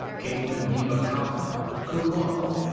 kaitlyn neva kauffman, cum laude.